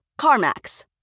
CarMax